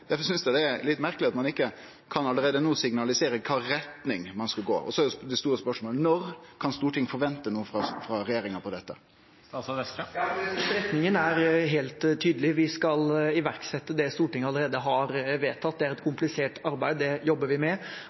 litt merkeleg at ein ikkje allereie no kan signalisere kva retning ein skal gå i. Så er det store spørsmålet: Når kan Stortinget forvente noko frå regjeringa om dette? Retningen er helt tydelig. Vi skal iverksette det Stortinget allerede har vedtatt. Det er et komplisert arbeid, det jobber vi med,